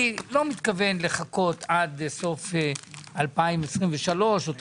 אני לא מתכוון לחכות עד סוף 2023 או עד